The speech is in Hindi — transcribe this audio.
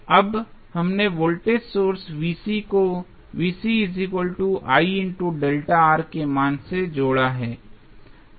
अब हमने वोल्टेज सोर्स को के मान से जोड़ा है